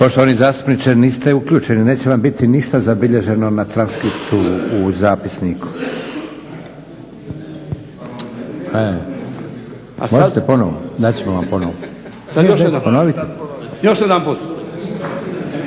Poštovani zastupniče niste uključeni, neće vam biti ništa zabilježeno na transkriptu u zapisniku. Možete ponovo, dat ćemo vam ponovo. **Milinković,